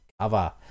cover